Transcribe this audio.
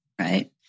right